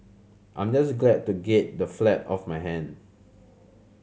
I'm just glad to get the flat off my hand